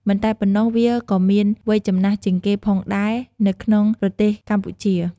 មិនតែប៉ុណ្ណោះ វាក៏មានវ័យចំណាស់ជាងគេផងដែរនៅក្នុងប្រទេសកម្ពុជា។